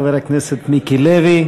חבר הכנסת מיקי לוי.